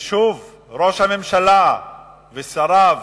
ושוב ראש הממשלה ושריו